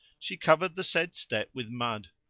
she covered the said step with mud,